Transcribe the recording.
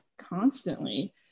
constantly